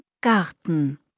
Garten